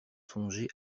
songer